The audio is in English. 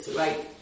right